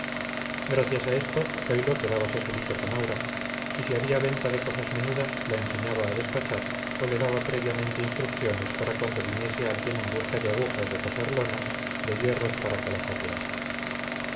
gracias a esto zoilo quedábase solito con aura y si había venta de cosas menudas la enseñaba a despachar o le daba previamente instrucciones para cuando viniese alguien en busca de agujas de coser lonas de hierros para calafatear